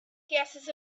gases